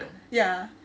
ya